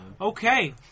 Okay